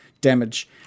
damage